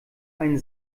einen